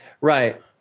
Right